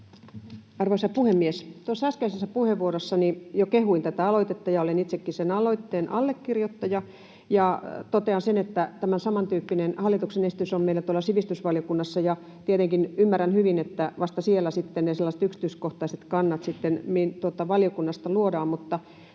Arvoisa puhemies! Äskeisessä puheenvuorossani jo kehuin tätä aloitetta, ja olen itsekin aloitteen allekirjoittaja. Totean sen, että samantyyppinen hallituksen esitys on meillä sivistysvaliokunnassa, ja tietenkin ymmärrän hyvin, että vasta siellä valiokunnassa luodaan